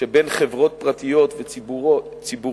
שבין חברות פרטיות וציבוריות